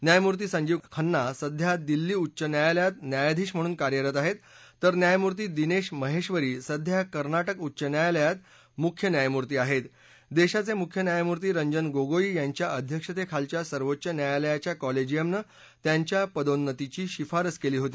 त्यायमूर्ती संजीव खन्ना सध्या दिल्ली उच्च न्यायालयात न्यायाधीश म्हणून कार्यरत आहक्ष तर न्यायमूर्ती दिनक्षिमहक्ती सध्या कर्नाटक उच्च न्यायालयात मुख्य न्यायमूर्ती आहर्त दक्षिवक्रिख्य न्यायमूर्ती रंजन गोगोई यांच्या अध्यक्षतखीलच्या सर्वोच्च न्यायालयाच्या कॉलजिअमनं त्यांच्या पदोन्नत्तीची शिफारस कली होती